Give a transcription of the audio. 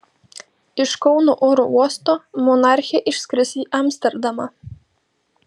iš kauno oro uosto monarchė išskris į amsterdamą